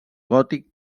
gòtic